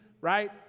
right